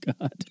god